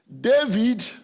David